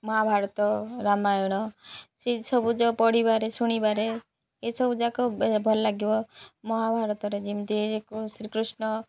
ମହାଭାରତ ରାମାୟଣ ସେସବୁ ଯୋଉ ପଢ଼ିବାରେ ଶୁଣିବାରେ ଏସବୁ ଯାକ ଭଲ ଲାଗିବ ମହାଭାରତରେ ଯେମିତି ଶ୍ରୀକୃଷ୍ଣ